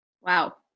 wow